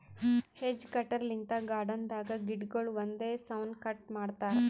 hedge cutter ಲಿಂತ್ garden ದಾಗ್ ಗಿಡಗೊಳ್ ಒಂದೇ ಸೌನ್ ಕಟ್ ಮಾಡ್ತಾರಾ